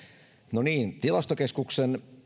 no niin tilastokeskuksen